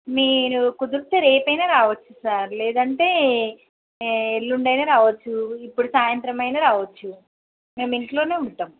మీరూ కుదిరితే రేపు అయినా రావచ్చు సార్ లేదంటే ఎల్లుండి అయినా రావచ్చూ ఇప్పుడు సాయంత్రమైనా రావచ్చూ మేము ఇంట్లోనే ఉంటాము